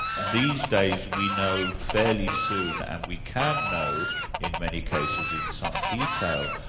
these days we know fairly soon and we can know in many cases in some detail,